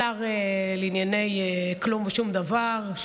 השר לענייני כלום ושום דבר,